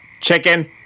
chicken